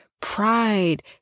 pride